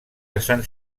estan